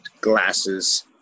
glasses